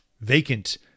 vacant